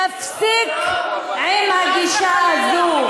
תפסיק עם הגישה הזאת.